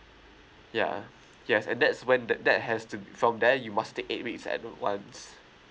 ya yes and that's when that that has to be from there you must take eight weeks at once